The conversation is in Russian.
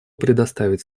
предоставить